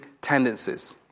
tendencies